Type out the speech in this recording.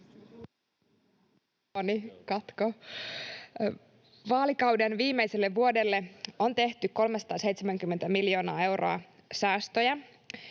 Vaalikauden viimeiselle vuodelle on tehty 370 miljoonaa euroa säästöjä,